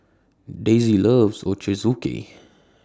Daisey loves Ochazuke